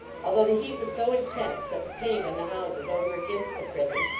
although the heat was so intense that the paint on the houses over against the prison,